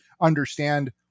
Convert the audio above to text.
understand